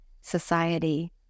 society